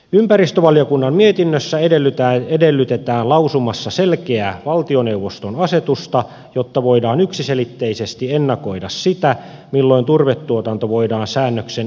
ympäristövaliokunnan mietinnössä edellytetään lausumassa selkeää valtioneuvoston asetusta jotta voidaan yksiselitteisesti ennakoida sitä milloin turvetuotanto voidaan säännöksen estämättä sijoittaa